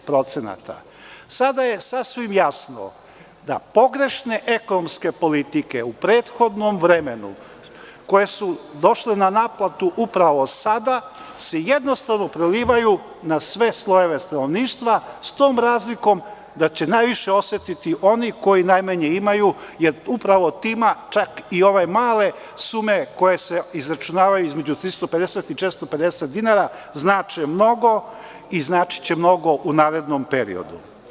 Sada je sasvim jasno da pogrešne ekonomske politike u prethodnom vremenu, koje su došle na naplatu upravo sada, se jednostavno prelivaju na sve slojeve stanovništva s tom razlikom, da će najviše osetiti oni koji najmanje imaju, jer upravo njima, čak i ove male sume, koje se izračunavaju između 350 i 450 dinara, znače mnogo i znači će mnogo u narednom periodu.